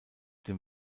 dem